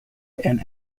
and